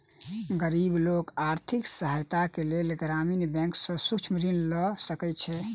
गरीब लोक आर्थिक सहायताक लेल ग्रामीण बैंक सॅ सूक्ष्म ऋण लय सकै छै